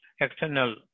external